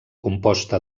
composta